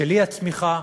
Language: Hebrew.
של האי-צמיחה,